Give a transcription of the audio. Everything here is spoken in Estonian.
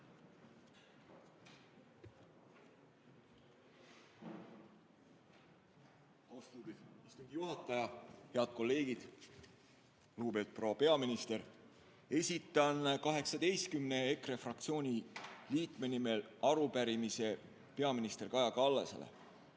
Austatud istungi juhataja! Head kolleegid! Lugupeetud peaminister! Esitan 18 EKRE fraktsiooni liikme nimel arupärimise peaminister Kaja Kallasele.